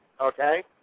okay